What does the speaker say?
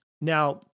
now